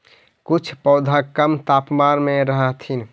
कुछ पौधे कम तापमान में रहथिन